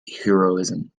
heroism